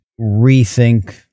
rethink